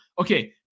okay